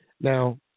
Now